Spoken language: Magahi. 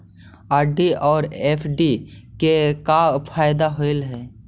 आर.डी और एफ.डी के का फायदा होव हई?